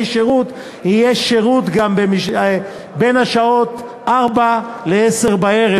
שירות יהיה שירות גם בין השעות 16:00 ל-22:00,